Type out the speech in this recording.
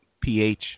pH